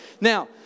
Now